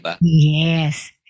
Yes